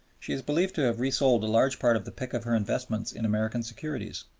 she is believed to have resold a large part of the pick of her investments in american securities,